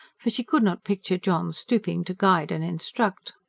for she could not picture john stooping to guide and instruct.